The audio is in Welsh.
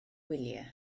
wyliau